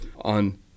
on